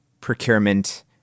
procurement